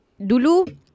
dulu